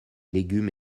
légumes